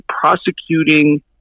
prosecuting